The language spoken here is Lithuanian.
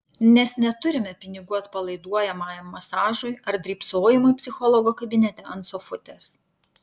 nes neturime pinigų atpalaiduojamajam masažui ar drybsojimui psichologo kabinete ant sofutės